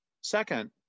Second